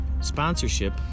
sponsorship